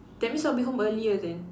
that means I'll be home earlier then